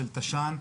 של תש"ן.